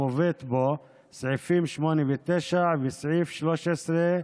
המובאת בו, סעיפים 9-8, וסעיף 13(1),